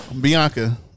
Bianca